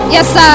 Yes